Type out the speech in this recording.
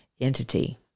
entity